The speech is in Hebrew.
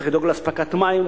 צריך לדאוג לאספקת מים,